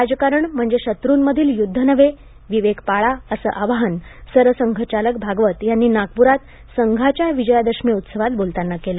राजकारण म्हणजे शत्रुंमधील युद्ध नव्हे विवेक पाळा असं आवाहन सरसंघचालक भागवत यांनी नागपूरात संघाच्या विजयादशमी उत्सवात बोलताना केलं